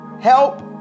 Help